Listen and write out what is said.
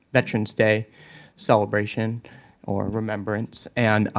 veteran's day celebration or remembrance. and,